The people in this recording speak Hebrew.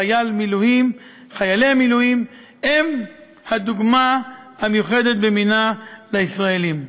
חיילי המילואים הם הדוגמה המיוחדת במינה לישראלים.